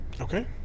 Okay